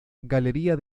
galería